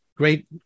great